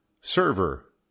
Server